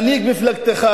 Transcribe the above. מנהיג מפלגתך,